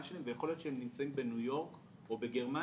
שלהם ויכול להיות שהם נמצאים בניו יורק או בגרמניה,